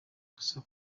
gusa